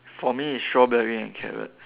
for me it's strawberry and carrots